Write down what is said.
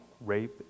rape